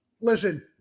listen